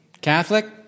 Catholic